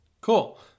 Cool